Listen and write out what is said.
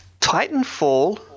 Titanfall